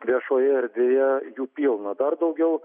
viešoje erdvėje jų pilna dar daugiau